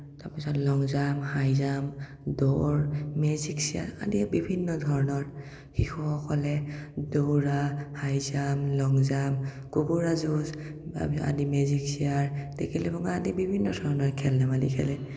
তাৰপিছত long jump high jump দৌৰ magic chair আদি বিভিন্ন ধৰণৰ শিশুসকলে দৌৰা হাই জাম লং জাম কুকুৰা যুঁজ আদি মেজিক চেয়াৰ টেকেলি ভঙা আদি বিভিন্ন ধৰণৰ খেল ধেমালি খেলে